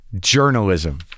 Journalism